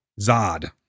Zod